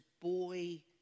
boy